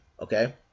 Okay